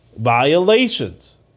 violations